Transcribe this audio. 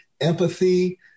empathy